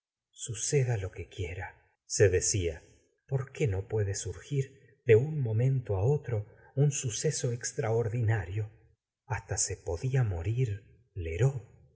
suceda lo que quiera se decía por qué no puede surgir de un momento á otro un suceso extraordinario hasta se podía morir